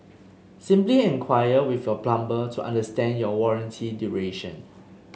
simply enquire with your plumber to understand your warranty duration